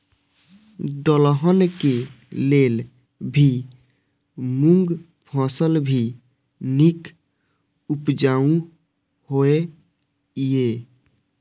दलहन के लेल भी मूँग फसल भी नीक उपजाऊ होय ईय?